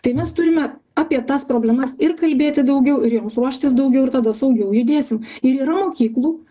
tai mes turime apie tas problemas ir kalbėti daugiau ir joms ruoštis daugiau ir tada saugiau judėsim ir yra mokyklų